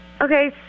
Okay